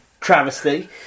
travesty